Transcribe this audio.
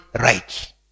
right